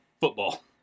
Football